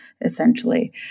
essentially